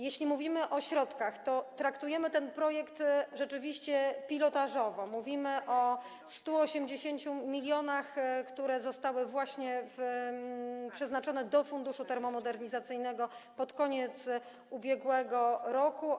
Jeśli mówimy o środkach, to traktujemy ten projekt rzeczywiście pilotażowo, mówimy o 180 mln, które zostały właśnie przeznaczone do funduszu termomodernizacyjnego pod koniec ubiegłego roku.